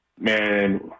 man